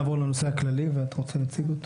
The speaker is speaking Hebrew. עכשיו נעבור לנושא הכללי, אתה רוצה להציג אותו?